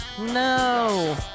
No